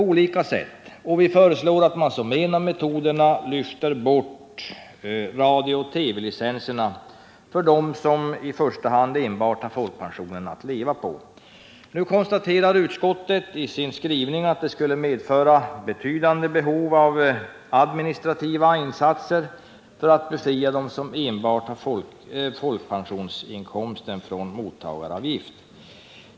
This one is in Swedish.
Därför föreslår vi att man lyfter bort radiooch TV-licensen för i första hand dem som enbart har sin folkpension att leva på. Nu konstaterar utskottet i sin skrivning att det skulle medföra betydande behov av administrativa insatser att befria dem som enbart har inkomst av folkpension från mottagaravgift.